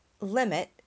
limit